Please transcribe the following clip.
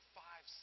five